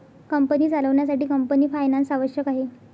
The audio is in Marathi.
कंपनी चालवण्यासाठी कंपनी फायनान्स आवश्यक आहे